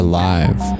Alive